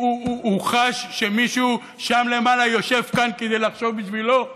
חש שמישהו שם למעלה יושב כאן כדי לחשוב עליהם בשבילו: